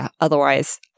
otherwise